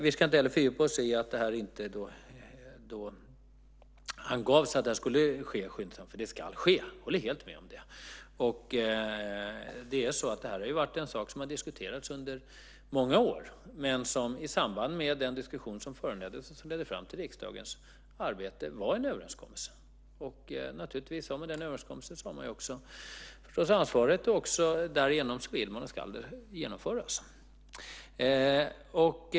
Vi ska inte heller fördjupa oss i att det inte angavs att det ska ske skyndsamt, för det ska ske. Jag håller helt med om det. Det här har diskuterats under många år, och den diskussion som ledde fram till riksdagens arbete var en överenskommelse. Med den överenskommelsen har man också ett ansvar, och därigenom vill man att detta ska genomföras.